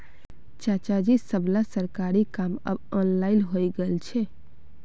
चाचाजी सबला सरकारी काम अब ऑनलाइन हइ गेल छेक